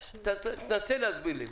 תנסה להסביר לי.